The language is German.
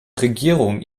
regierung